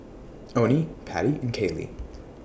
Oney Pattie and Kaylee